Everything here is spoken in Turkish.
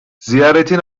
ziyaretin